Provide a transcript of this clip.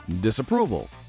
disapproval